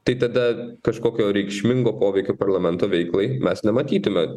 tai tada kažkokio reikšmingo poveikio parlamento veiklai mes nematytume